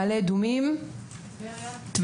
מעלה אדומים וטבריה,